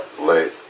late